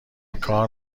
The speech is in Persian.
کار